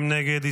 51 בעד, 60 נגד.